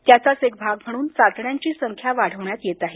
त्याचाच एक भाग म्हणून चाचण्यांची संख्या वाढवण्यात येत आहे